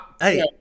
hey